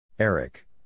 Eric